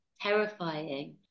terrifying